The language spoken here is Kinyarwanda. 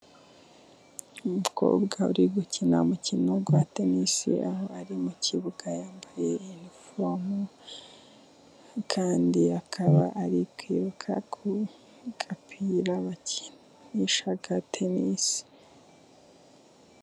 Umukobwa uri gukina umukino wa tennis, aho ari mu kibuga yambaye inifomu, kandi akaba ari kwiruka ku gapira bakinisha tenisi.